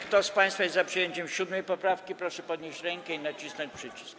Kto z państwa jest za przyjęciem 7. poprawki, proszę podnieść rękę i nacisnąć przycisk.